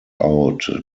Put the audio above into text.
out